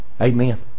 amen